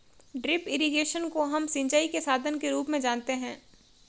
drip irrigation को हम सिंचाई के साधन के रूप में जानते है